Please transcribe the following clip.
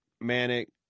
manic